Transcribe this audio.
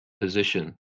position